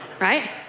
right